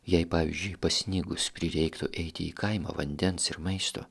jei pavyzdžiui pasnigus prireiktų eiti į kaimą vandens ir maisto